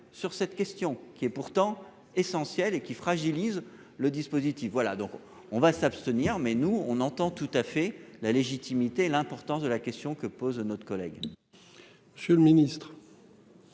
sur cette question qui est pourtant essentiel et qui fragilise le dispositif. Voilà donc on va s'abstenir, mais nous on entend tout à fait la légitimité l'importance de la question que pose notre collègue. Monsieur le ministre.